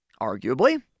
arguably